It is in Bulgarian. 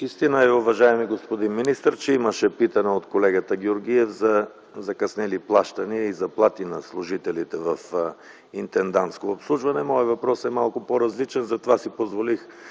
Истина е, господин министър, че имаше питане от колегата Георгиев за закъснели плащания и заплати на служителите в „Интендантско обслужване”. Моят въпрос е малко по-различен, затова си позволих